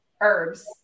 herbs